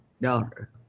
daughter